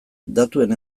datuen